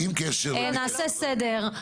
נעשה סדר.